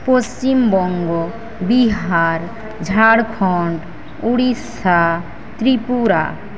Paschimbanga Bihar Jharkhand Orissa Tripura